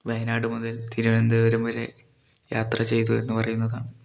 വയനാട് മുതൽ തിരുവനന്തപുരം വരെ യാത്ര ചെയ്തു എന്ന് പറയുന്നതാണ്